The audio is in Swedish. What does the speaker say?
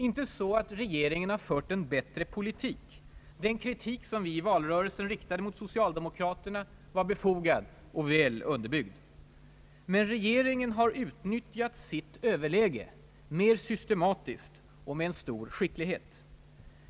Inte så att regeringen har fört en bättre politik — den kritik som vi i valrörelsen riktade mot socialdemokraterna var befogad och väl underbyggd. Men regeringen har utnyttjat sitt överläge mer systematiskt och med stor skicklighet.